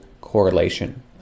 correlation